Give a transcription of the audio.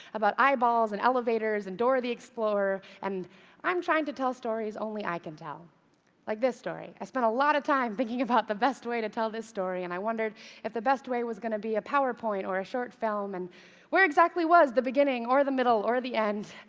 about eyeballs and elevators and dora the explorer. and i'm trying to tell stories only i can tell like this story. i spent a lot of time thinking about the best way to tell this story, and i wondered if the best way was going to be a powerpoint, a short film and where exactly was the beginning, the middle or the end?